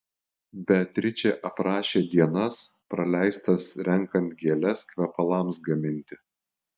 beatričė aprašė dienas praleistas renkant gėles kvepalams gaminti